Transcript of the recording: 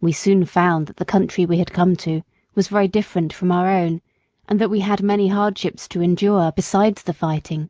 we soon found that the country we had come to was very different from our own and that we had many hardships to endure besides the fighting